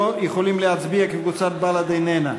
לא יכולים להצביע כי קבוצת בל"ד איננה.